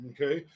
Okay